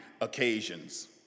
occasions